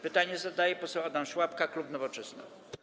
Pytanie zadaje poseł Adam Szłapka, klub Nowoczesna.